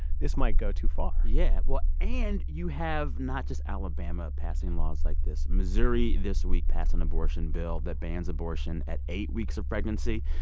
this might go too far yeah. well, and you have not just alabama passing laws like this. missouri this week passed an abortion bill that bans abortion at eight weeks of pregnancy.